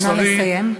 נא לסיים.